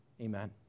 Amen